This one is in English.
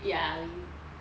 ya we